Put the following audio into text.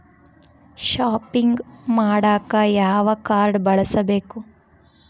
Shopping ಮಾಡಾಕ ಯಾವ card ಬಳಸಬೇಕು?